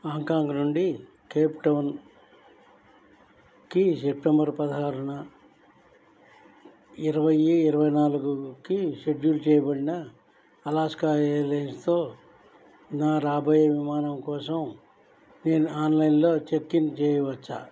Hong Kong నుండి కేప్టౌన్కి September పదహారున ఇరవై ఇరవై నాలుగుకి షెడ్యూల్ చేయబడిన అలాస్కా ఎయిర్లైన్స్తో నా రాబోయే విమానం కోసం నేను ఆన్లైన్లో చెక్ ఇన్ చేయవచ్చా